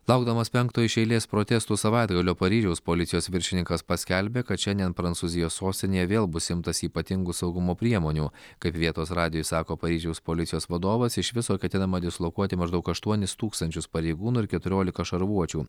laukdamas penkto iš eilės protestų savaitgalio paryžiaus policijos viršininkas paskelbė kad šiandien prancūzijos sostinėje vėl bus imtasi ypatingų saugumo priemonių kaip vietos radijui sako paryžiaus policijos vadovas iš viso ketinama dislokuoti maždaug aštuonis tūkstančius pareigūnų ir keturiolika šarvuočių